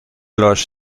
los